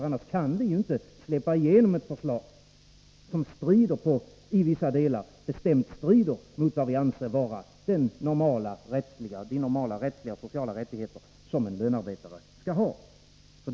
Annars kan vi ju inte släppa igenom ett förslag som i vissa delar bestämt strider mot vad vi anser vara de normala rättsliga och sociala förhållanden som en lönearbetare skall ha.